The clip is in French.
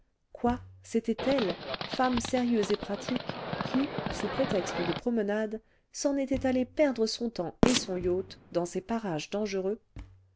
quoi c'était elle femme sérieuse et pratique qui sous prétexte de promenade s'en était allée perdre son temps et son yacht dans ces parages dangereux